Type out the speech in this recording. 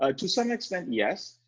ah to some extent, yes.